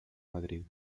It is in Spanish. madrid